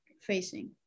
facing